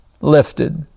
lifted